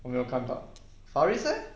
我没有看到 harris leh